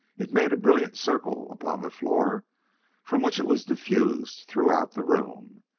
it made a brilliant circle upon the floor from which it was diffused throughout the room.